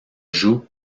joue